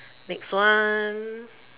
next one